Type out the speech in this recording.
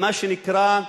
מה שנקרא: